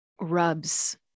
rubs